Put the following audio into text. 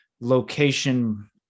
location